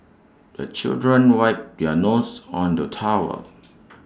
the children wipe their noses on the towel